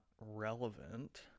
relevant